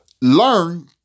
Learn